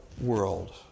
world